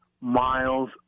miles